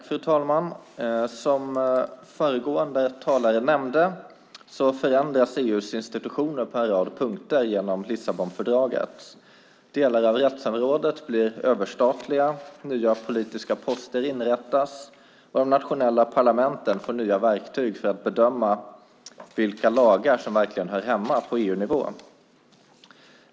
Fru talman! Som föregående talare nämnde förändras EU:s institutioner på en rad punkter genom Lissabonfördraget. Delar av rättssamrådet blir överstatliga, nya politiska poster inrättas, och de nationella parlamenten får nya verktyg för att bedöma vilka lagar som verkligen hör hemma på EU-nivå.